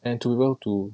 and to be able to